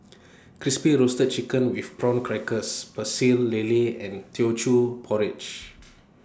Crispy Roasted Chicken with Prawn Crackers Pecel Lele and Teochew Porridge